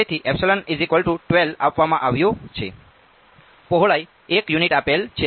તેથી આપવામાં આવ્યું છે પહોળાઈ 1 યુનિટ આપેલ છે